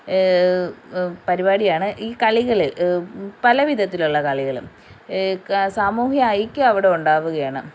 പരിപാടിയാണ് ഈ കളികൾ പല വിധത്തിലുള്ള കളികൾ സാമൂഹ്യ ഐക്യം അവിടെയുണ്ടാവുകയാണ്